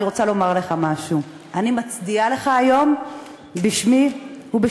אני רוצה לומר לך משהו: אני מצדיעה לך היום בשמי ובשם